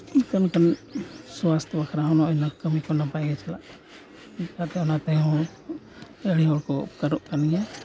ᱚᱱᱠᱟᱱ ᱠᱟᱹᱢᱤ ᱥᱟᱥᱛᱷ ᱵᱟᱠᱷᱨᱟ ᱦᱚᱸ ᱱᱚᱜᱼᱚᱸᱭ ᱠᱟᱹᱢᱤ ᱠᱚ ᱱᱟᱯᱟᱭ ᱜᱮ ᱪᱟᱞᱟᱜ ᱠᱟᱱᱟ ᱪᱤᱠᱟᱹᱛᱮ ᱚᱱᱟ ᱛᱮ ᱦᱚᱸ ᱟᱹᱰᱤ ᱦᱚᱲ ᱠᱚ ᱩᱯᱚᱠᱟᱨᱚᱜ ᱠᱟᱱ ᱜᱮᱭᱟ